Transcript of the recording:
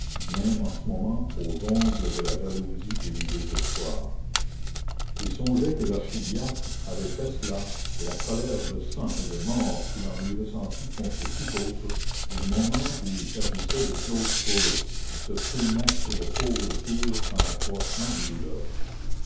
même en ce moment aux ongles de la jalousie et du désespoir il songeait que l'archidiacre avait fait cela et la colère de sang et de mort qu'il en eût ressentie contre tout autre du moment où il s'agissait de claude frollo se tournait chez le pauvre sourd en accroissement de douleur